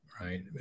Right